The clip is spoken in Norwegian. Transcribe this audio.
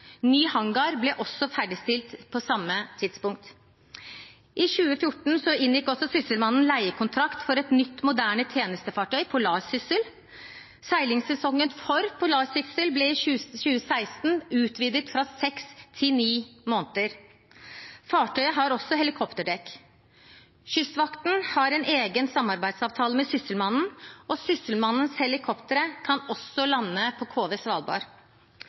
Ny hangar ble også ferdigstilt på samme tidspunkt. I 2014 inngikk også Sysselmannen leiekontrakt for et nytt, moderne tjenestefartøy, «Polarsyssel». Seilingssesongen for «Polarsyssel» ble i 2016 utvidet fra seks til ni måneder. Fartøyet har også helikopterdekk. Kystvakten har en egen samarbeidsavtale med Sysselmannen, og Sysselmannens helikoptre kan også lande på KV